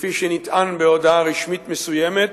כפי שנטען בהודעה רשמית מסוימת,